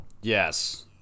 Yes